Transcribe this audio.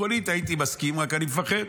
עקרונית הייתי מסכים, רק אני מפחד.